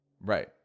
Right